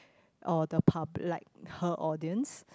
or the pub~ like her audience